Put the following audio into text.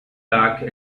back